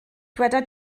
dyweda